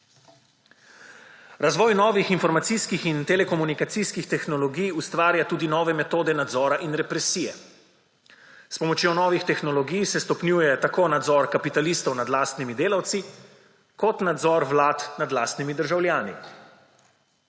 Razvoj novih informacijskih in telekomunikacijskih tehnologij ustvarja tudi nove metode nadzora in represije. S pomočjo novih tehnologij se stopnjuje tako nadzor kapitalistov nad lastnimi delavci kot nadzor vlad nad lastnimi državljani.